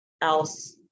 else